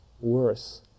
worse